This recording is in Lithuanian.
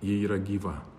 ji yra gyva